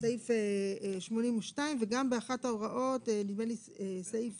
(א2)אין בהוראת סעיף